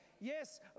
Yes